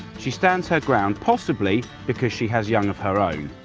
she stands her ground, possibly because she has young of her own.